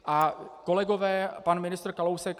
A kolegové, pan ministr Kalousek...